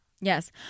Yes